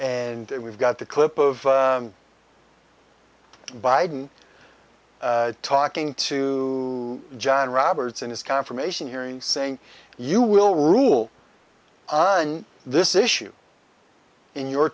and we've got the clip of biden talking to john roberts in his confirmation hearings saying you will rule on this issue in your